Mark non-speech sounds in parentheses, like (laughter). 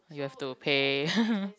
you have to pay (laughs)